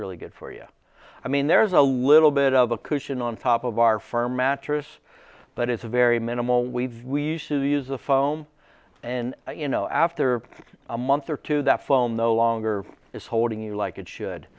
really good for you i mean there's a little bit of a cushion on top of our firm mattress but it's very minimal we've we used to use a foam and you know after a month or two that fall no longer is holding you like it should